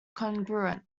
congruent